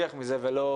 אני מאוד מקווה.